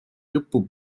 lõppu